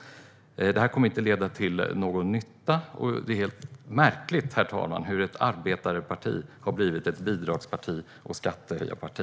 Detta kommer inte att leda till någon nytta. Det är märkligt, herr talman, hur ett arbetareparti har blivit ett bidrags och skattehöjarparti.